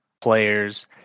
players